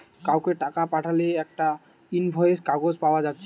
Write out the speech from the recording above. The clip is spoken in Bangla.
কাউকে টাকা পাঠালে একটা ইনভয়েস কাগজ পায়া যাচ্ছে